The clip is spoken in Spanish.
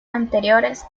anteriores